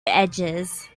edges